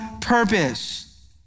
purpose